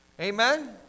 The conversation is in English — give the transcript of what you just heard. Amen